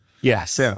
Yes